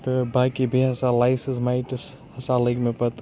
تہٕ باقٕے بیٚیہِ ہَسا لایسِس مایٹٕس ہَسا لٔگۍ مےٚ پَتہٕ